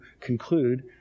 conclude